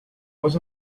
was